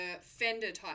fender-type